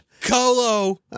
colo